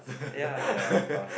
ya ya of cause